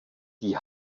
die